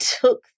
took